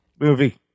movie